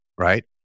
right